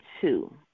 two